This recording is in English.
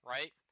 Right